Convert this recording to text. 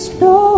no